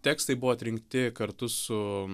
tekstai buvo atrinkti kartu su